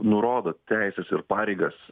nurodo teises ir pareigas